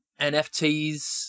NFTs